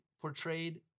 portrayed